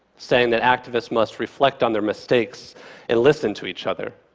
saying that activists must reflect on their mistakes and listen to each other.